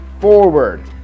forward